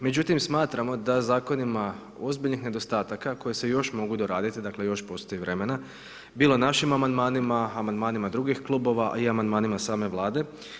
Međutim smatramo da zakon ima ozbiljnih nedostataka koji se još mogu doraditi dakle, još postoji vremena bilo našim amandmanima, amandmanima drugih klubova i amandmanima same Vlade.